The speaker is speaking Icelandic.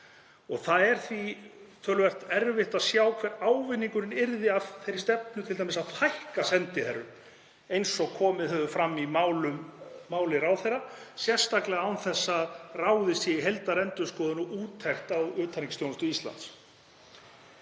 Það er því töluvert erfitt að sjá hver ávinningurinn yrði af þeirri stefnu t.d. að fækka sendiherrum, eins og komið hefur fram í máli ráðherra, sérstaklega án þess að ráðist sé í heildarendurskoðun og úttekt á utanríkisþjónustu Íslands.